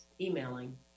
emailing